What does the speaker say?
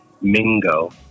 Mingo